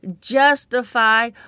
justify